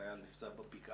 ביולי חייל נפצע בבקעה,